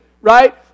Right